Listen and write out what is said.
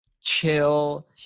chill